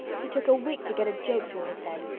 he took a week to get a joke through his head,